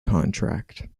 contract